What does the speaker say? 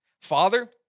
Father